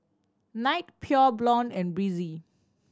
Knight Pure Blonde and Breezer